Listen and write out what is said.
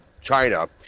China